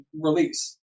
release